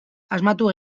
asmatu